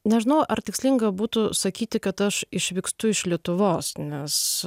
nežinau ar tikslinga būtų sakyti kad aš išvykstu iš lietuvos nes